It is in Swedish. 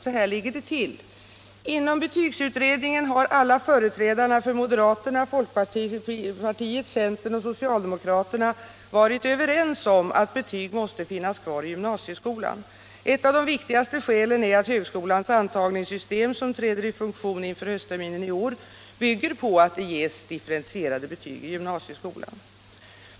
Så här ligger det till. Inom betygsutredningen har alla företrädarna för moderaterna, folkpartiet, centern och socialdemokraterna varit överens om att betyg måste finnas kvar i gymnasieskolan. Ett av de viktigaste skälen är att högskolans antagningssystem, som träder i funktion vid höstterminens början i år, bygger på att det ges differentierade betyg i gymnasieskolan.